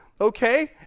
okay